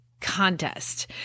contest